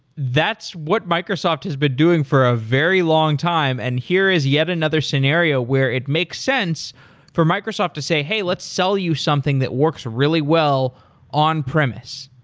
that's what microsoft has been doing for a very long time, and here is yet another scenario where it makes sense for microsoft to say, hey, let's sell you something that works really well on premise.